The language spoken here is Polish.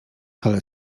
ale